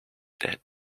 dead